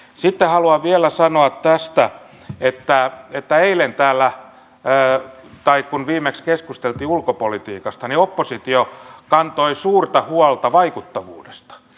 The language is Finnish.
sitten haluan vielä sanoa tästä että eilen täällä tai kun viimeksi keskusteltiin ulkopolitiikasta oppositio kantoi suurta huolta vaikuttavuudesta